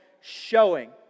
showing